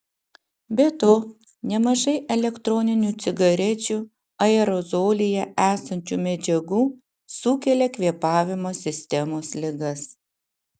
be to nemažai elektroninių cigarečių aerozolyje esančių medžiagų sukelia kvėpavimo sistemos ligas